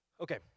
Okay